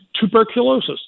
tuberculosis